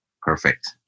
Perfect